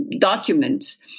documents